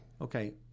Okay